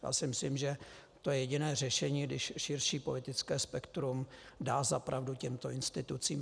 Já si myslím, že to je jediné řešení, když širší politické spektrum dá zapravdu těmto institucím.